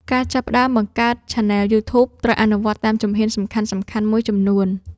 ការចាប់ផ្តើមបង្កើតឆានែលយូធូបត្រូវអនុវត្តន៍តាមជំហានសំខាន់ៗមួយចំនួន។